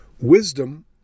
Wisdom